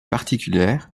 particulière